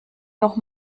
noch